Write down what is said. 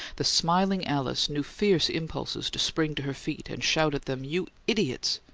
the smiling alice knew fierce impulses to spring to her feet and shout at them, you idiots!